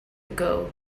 ago